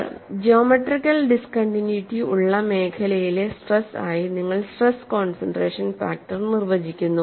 sir geometrical discontinuity ഉള്ള മേഖലയിലെ stress ആയി നിങ്ങൾ സ്ട്രെസ് കോൺസൺട്രേഷൻ ഫാക്ടർ നിർവചിക്കുന്നു